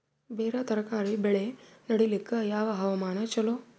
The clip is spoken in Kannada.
ಬೇರ ತರಕಾರಿ ಬೆಳೆ ನಡಿಲಿಕ ಯಾವ ಹವಾಮಾನ ಚಲೋ?